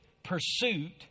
pursuit